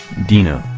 dino,